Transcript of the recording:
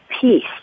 peace